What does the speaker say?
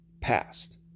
past